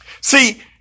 See